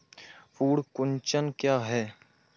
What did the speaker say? पर्ण कुंचन क्या है?